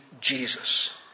Jesus